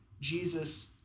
Jesus